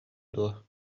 дуо